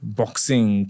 boxing